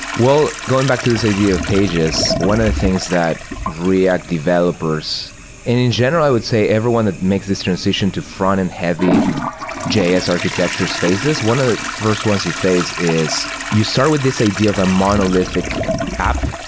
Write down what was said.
well, going back to this idea of pages, one of the things that react developers and in general i would say everyone that makes this transition to frontend heavy js architectures faces. one of the fi rst ones you face is you start with this idea of a monolithic app,